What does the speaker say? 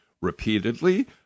repeatedly